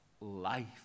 life